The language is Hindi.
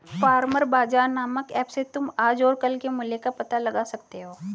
फार्मर बाजार नामक ऐप से तुम आज और कल के मूल्य का पता लगा सकते हो